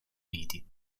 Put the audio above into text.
uniti